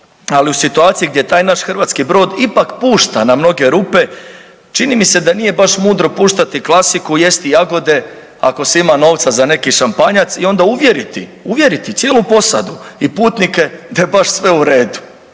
ali u situaciji gdje taj naš hrvatski brod ipak pušta na mnoge rupe, čini mi se da nije baš mudro puštati klasiku, jesti jagode, ako se ima novca za neki šampanjac i onda uvjeriti, uvjeriti cijelu posadu i putnike da je baš sve u redu.